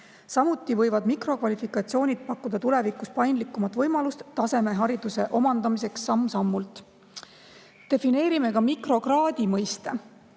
Samuti võivad mikrokvalifikatsioonid pakkuda tulevikus paindlikumat võimalust omandada tasemeharidus samm-sammult. Defineerime ka mikrokraadi mõiste: